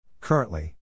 Currently